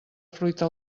fruita